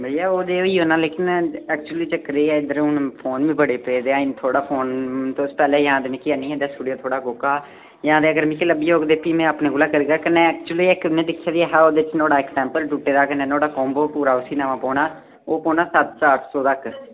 बइया ओह् ते होई जाना लेकिन ऐक्चुअली चक्कर एह् ऐ जे इद्धर हून फोन बी बड़े पेदे अजें थुआड़ा फोन तुस पैह्लें जां ते मिगी आन्नियै दस्सी ओड़ेओ थुआड़ा कोह्का आ जां ते अगर मिगी लब्भी जाग ते भी में अपने कोला करगा कन्नै ऐक्चुअली इक में दिक्खेआ बी ऐ हा ओह्दे च नुआढ़ा इक टैम्पर टुट्टे दा कन्नै नुआढ़ा कोम्बो पूरा उसी नमां पौना ओह् पौना सत्त सौ अट्ठ सौ तक्कर